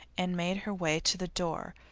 and made her way to the door,